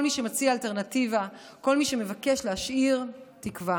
כל מי שמציע אלטרנטיבה, כל מי שמבקש להשאיר תקווה.